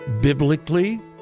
biblically